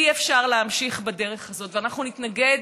אי-אפשר להמשיך בדרך הזאת, ואנחנו נתנגד